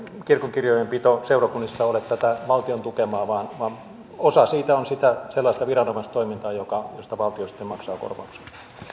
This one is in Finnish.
kirkonkirjojen pito seurakunnissa ole tätä valtion tukemaa vaan vaan osa siitä on sellaista viranomaistoimintaa josta valtio sitten maksaa korvauksen